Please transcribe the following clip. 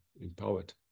empowered